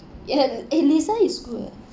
you have uh eh lisa is good eh